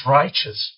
righteous